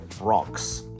rocks